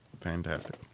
Fantastic